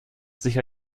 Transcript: sich